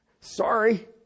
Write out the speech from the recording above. Sorry